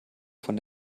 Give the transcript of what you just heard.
von